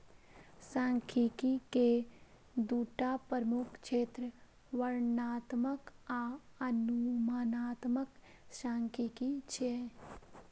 सांख्यिकी के दूटा प्रमुख क्षेत्र वर्णनात्मक आ अनुमानात्मक सांख्यिकी छियै